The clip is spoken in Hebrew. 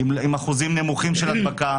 עם אחוזים נמוכים של הדבקה.